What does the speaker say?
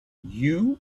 you